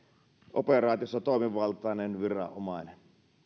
operaatiossa toimivaltainen viranomainen